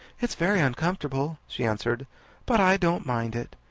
it's very uncomfortable, she answered but i don't mind it,